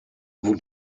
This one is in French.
vous